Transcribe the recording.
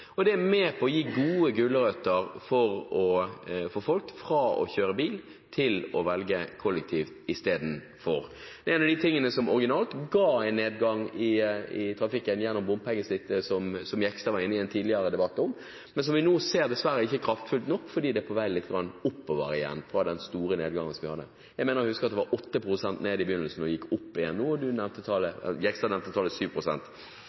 ligger. Det er med på å gi gode gulrøtter for å få folk til å gå fra å kjøre bil til å velge kollektivt istedenfor. Det er en av de tingene som opprinnelig ga en nedgang i trafikken gjennom bompengesnittet, som Jegstad var innom i en tidligere debatt, men som vi nå dessverre ser ikke er kraftfullt nok, fordi det er lite grann på vei oppover igjen, fra den store nedgangen som vi hadde. Jeg mener å huske at det var 8 pst. ned i begynnelsen, og at det gikk opp igjen nå, og Jegstad nevnte tallet